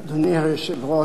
אדוני היושב-ראש,